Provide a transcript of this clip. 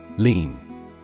Lean